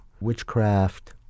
witchcraft